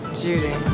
Judy